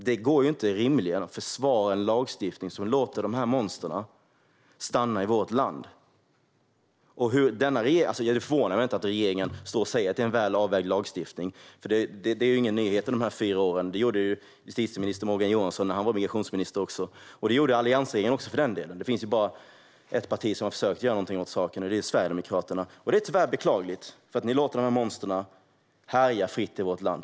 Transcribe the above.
Det går rimligen inte att försvara en lagstiftning som låter dessa monster stanna i vårt land. Men det förvånar mig inte att regeringen säger att det är en väl avvägd lagstiftning. Det är ingen nyhet efter de här fyra åren. Det gjorde justitieminister Morgan Johansson också när han var migrationsminister. Det gjorde också alliansregeringen, för den delen. Det finns bara ett parti som har försökt göra någonting åt saken, och det är Sverigedemokraterna. Det är beklagligt, för ni låter dessa monster härja fritt i vårt land.